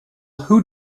who